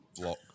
block